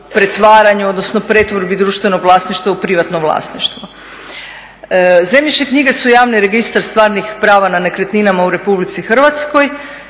poteškoća u pretvorbi društvenog vlasništva u privatno vlasništvo. Zemljišne knjige su javni registar stvarnih prava na nekretninama u RH i budući da se